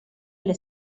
alle